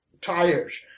tires